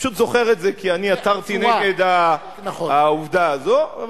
אני פשוט זוכר את זה כי אני עתרתי נגד העובדה הזאת.